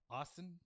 Austin